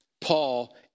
Paul